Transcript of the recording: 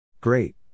Great